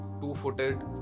Two-footed